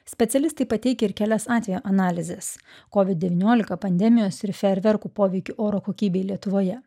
specialistai pateikia ir kelias atvejo analizes kovid devyniolika pandemijos ir fejerverkų poveikio oro kokybei lietuvoje